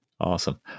awesome